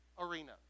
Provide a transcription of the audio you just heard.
arena